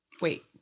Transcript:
Wait